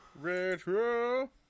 Retro